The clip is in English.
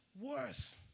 worse